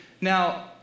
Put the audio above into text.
Now